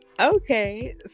Okay